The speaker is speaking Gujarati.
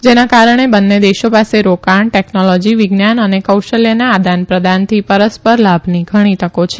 જેના કારણે બંને દેશો પાસે રોકાણ ટેકનોલોજી વિજ્ઞાન અને કૌશલ્યના આદાન પ્રદાનથી પરસ્પર લાભની ઘણી તકો છે